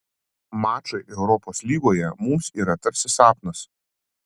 mačai europos lygoje mums yra tarsi sapnas